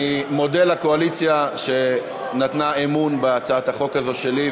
אני מודה לקואליציה שנתנה אמון בהצעת החוק הזאת שלי,